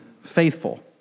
faithful